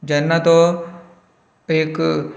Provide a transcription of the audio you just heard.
जेन्ना तो पेक